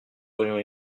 aurions